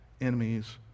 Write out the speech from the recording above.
enemies